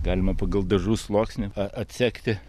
galima pagal dažų sluoksnį a atsekti